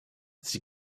sie